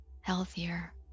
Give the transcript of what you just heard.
healthier